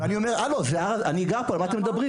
אני גר שם, על מה אתם מדברים?